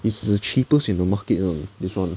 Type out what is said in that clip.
is the cheapest in the market lah this [one]